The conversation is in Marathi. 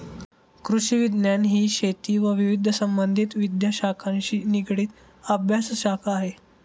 कृषिविज्ञान ही शेती व विविध संबंधित विद्याशाखांशी निगडित अभ्यासशाखा आहे